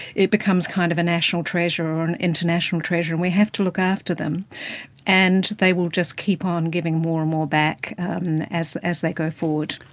it becomes kind of a national treasure or an international treasure and we have to look after them and they will just keep on giving more and more back as as they go forward.